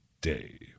day